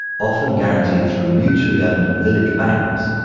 often guaranteed through mutually owned village banks,